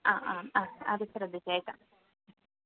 ആ ആ ആ അത് ശ്രദ്ധിച്ചേക്കാം